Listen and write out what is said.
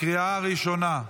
לקריאה הראשונה.